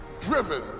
driven